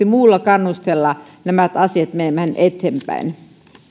muulla kannusteella nämä asiat menemään eteenpäin